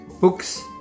Books